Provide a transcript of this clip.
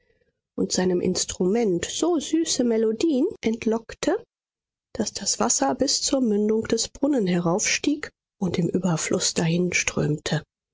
und seinem instrument so süße melodien entlockte daß das wasser bis zur mündung des brunnens heraufstieg und im überfluß